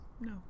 No